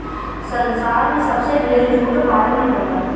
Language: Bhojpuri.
संसार में सबसे ढेर जूट भारत में होला